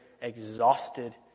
exhausted